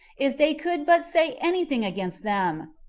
if they could but say any thing against them,